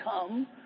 come